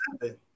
seven